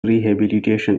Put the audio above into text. rehabilitation